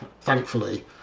thankfully